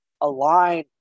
align